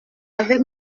avec